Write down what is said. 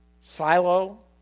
silo